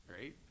Right